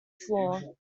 floor